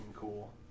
Cool